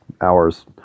hours